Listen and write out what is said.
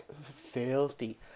filthy